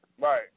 Right